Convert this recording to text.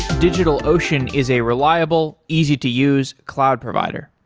digitalocean is a reliable, easy to use cloud provider.